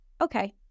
okay